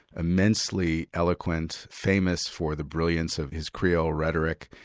immensely eloquent, famous for the brilliance of his creole rhetoric,